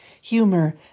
Humor